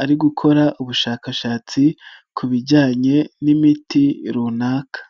ari gukora ubushakashatsi ku bijyanye n'imiti runaka.